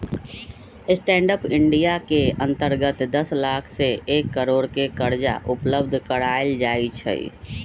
stand up India के अंतर्गत दस लाख से एक करोड़ के करजा उपलब्ध करायल जाइ छइ